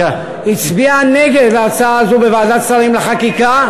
הצביעה נגד ההצעה הזאת בוועדת השרים לחקיקה.